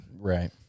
Right